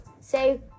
say